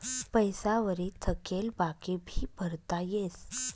पैसा वरी थकेल बाकी भी भरता येस